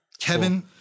Kevin